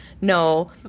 no